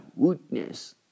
Woodness